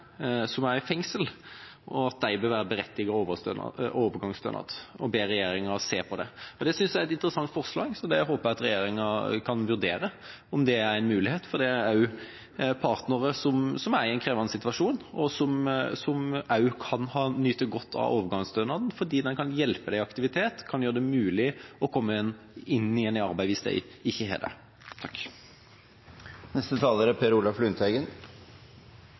som er i fengsel, at de bør være berettiget til overgangsstønad, og ber regjeringa se på det. Det synes jeg er et interessant forslag, og jeg håper at regjeringa kan vurdere om det er en mulighet, da det er partnere som er i en krevende situasjon, og som også kan nyte godt av overgangsstønaden fordi den kan hjelpe dem i aktivitet, f.eks. gjøre det mulig å komme inn i arbeid igjen hvis de ikke har det. Overgangsstønaden er